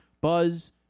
buzz